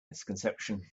misconception